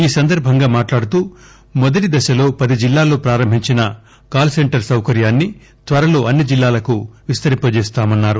ఈ సందర్బంగా మాట్లాడుతూ మొదటి దశలో పది జిల్లాల్లో ప్రారంభించిన కాల్ సెంటర్ సౌకర్యాన్ని త్వరలో అన్ని జిల్లాలకు విస్తరింపజేస్తామన్నారు